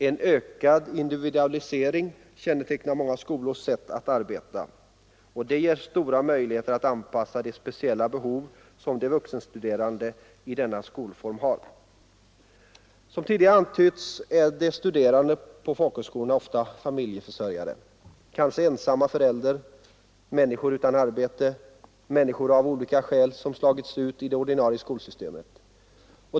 En ökad individualisering kännetecknar många skolors sätt att arbeta. Det ger stora möjligheter att anpassa de speciella behov som de vuxenstuderande i denna skolform har. Som tidigare antytts är de studerande på folkhögskolorna ofta familjeförsörjare, kanske ensamma föräldrar, människor utan arbete, människor som av olika skäl slagits ut i det ordinarie skolsystemet.